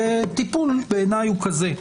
טיפול בעיניי הוא כזה.